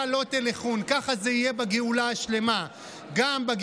אומרים: טוב,